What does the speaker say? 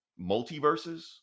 multiverses